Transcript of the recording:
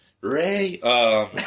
Ray